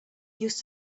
used